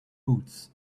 boots